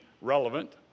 relevant